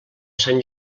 sant